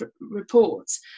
reports